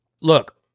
Look